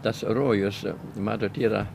tas rojus matot yra